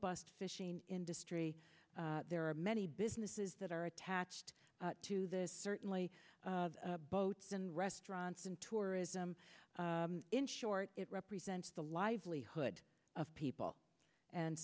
robust fishing industry there are many businesses that are attached to this certainly boats and restaurants and tourism in short it represents the livelihood of people and